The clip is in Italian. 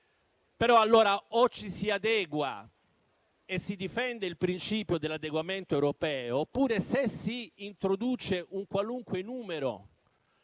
Allora, o ci si adegua e si difende il principio dell'adeguamento europeo oppure, se si introduce un qualunque numero